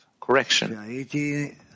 correction